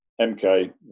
MK